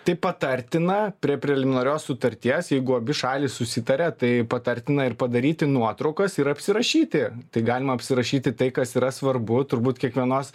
tai patartina prie preliminarios sutarties jeigu abi šalys susitaria tai patartina ir padaryti nuotraukas ir apsirašyti tai galima apsirašyti tai kas yra svarbu turbūt kiekvienos